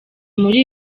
muri